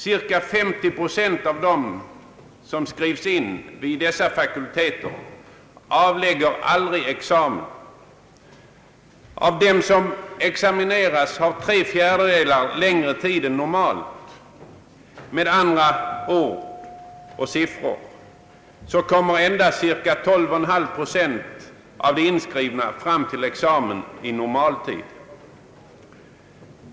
Cirka 50 procent av dem som skrivs in vid dessa fakulteter avlägger aldrig examen. Av dem som examinerats har tre fjärdedelar haft längre studietid än normalt. Med andra ord och siffror kommer endast cirka 12,5 procent av de inskrivna fram till examen i normal tid.